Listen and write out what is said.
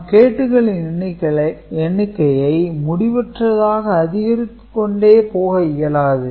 நாம் கேட்டுகளின் எண்ணிக்கையை முடிவற்றதாக அதிகரித்துக் கொண்டே போக இயலாது